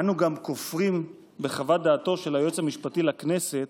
אנו גם כופרים בחוות דעתו של היועץ המשפטי לכנסת,